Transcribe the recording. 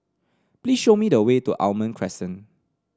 please show me the way to Almond Crescent